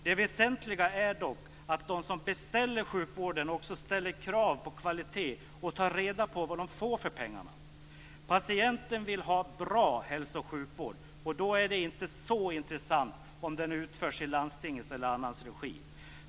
Det väsentliga är dock att de som beställer sjukvården också ställer krav på kvalitet, och tar reda på vad de får för pengarna. Patienterna vill ha bra hälso och sjukvård. Då är det inte så intressant om den utförs i landstingets eller någon annans regi.